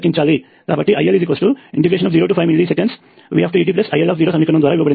కాబట్టి IL05msVdtIL0సమీకరణము ద్వారా ఇవ్వబడినది